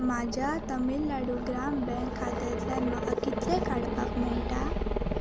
म्हाज्या तमिळनाडू ग्राम बँक खात्यांतल्यान म्हाका कितले काडपाक मेळटा